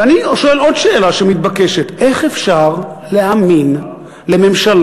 ואני שואל עוד שאלה שמתבקשת: איך אפשר להאמין לממשלה,